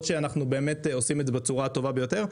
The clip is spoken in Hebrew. שאנחנו באמת עושים את זה בצורה הטובה ביותר.